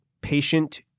patient